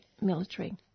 military